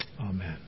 Amen